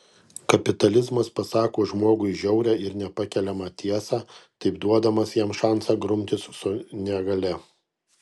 kapitalizmas pasako žmogui žiaurią ir nepakeliamą tiesą taip duodamas jam šansą grumtis su negalia